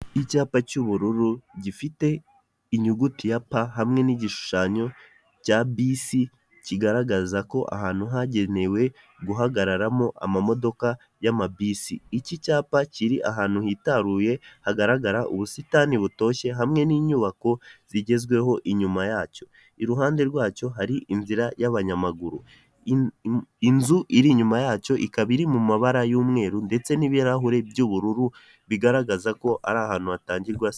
Icyapa cy'ubururu gifite inyuguti ya "p" hamwe n'igishushanyo cya bisi kigaragaza ko ahantu hagenewe guhagararamo amamodoka y'amabisi. Iki cyapa kiri ahantu hitaruye hagaragara ubusitani butoshye hamwe n'inyubako zigezweho inyuma yacyo. iruhande rwacyo hari inzira y'abanyamaguru. Inzu iri inyuma yacyo ikaba iri mu mabara y'umweru ndetse n'ibirahuri by'ubururu bigaragaza ko ari ahantu hatangirwa